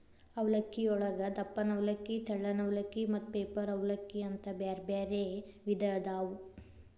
ಅವಲಕ್ಕಿಯೊಳಗ ದಪ್ಪನ ಅವಲಕ್ಕಿ, ತೆಳ್ಳನ ಅವಲಕ್ಕಿ, ಮತ್ತ ಪೇಪರ್ ಅವಲಲಕ್ಕಿ ಅಂತ ಬ್ಯಾರ್ಬ್ಯಾರೇ ವಿಧ ಅದಾವು